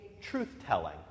truth-telling